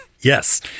Yes